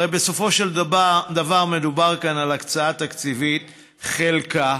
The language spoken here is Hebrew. הרי בסופו של דבר מדובר כאן על הקצאה תקציבית בחלקה,